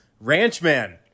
Ranchman